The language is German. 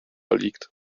liegt